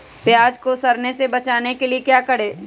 प्याज को सड़ने से बचाने के लिए क्या करें?